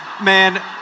Man